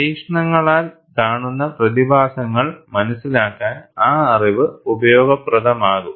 പരീക്ഷണങ്ങളിൽ കാണുന്ന പ്രതിഭാസങ്ങൾ മനസിലാക്കാൻ ആ അറിവ് ഉപയോഗപ്രദമാകും